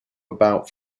about